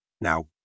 Now